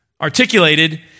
Articulated